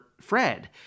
Fred